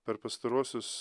per pastaruosius